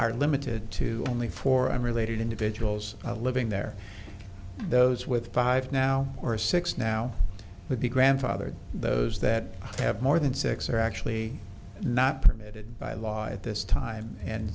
are limited to only four i'm related individuals living there those with five now or six now would be grandfathered those that have more than six are actually not permitted by law at this time and